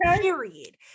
period